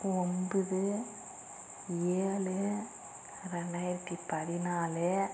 ஒன்பது ஏழு ரெண்டாயிரத்தி பதினாலு